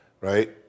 right